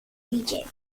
region